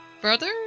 brother